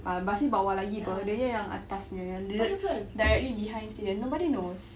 ah basil bawah lagi apa dia punya yang atas punya yang dir~ directly behind stadium nobody knows